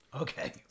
Okay